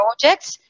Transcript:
projects